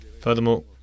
Furthermore